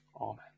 Amen